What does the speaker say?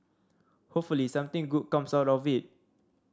hopefully something good comes out of it